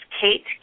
Kate